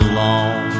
long